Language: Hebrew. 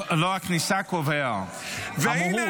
לא הכניסה קובעת, המהות.